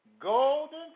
Golden